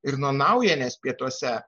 ir nuo naujenės pietuose